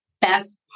best